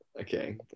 Okay